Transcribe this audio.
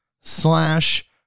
slash